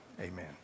amen